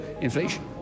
inflation